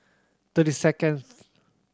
thirty seconds